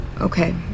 Okay